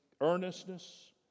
earnestness